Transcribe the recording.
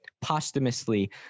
posthumously